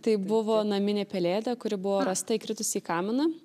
tai buvo naminė pelėda kuri buvo rasta įkritus į kaminą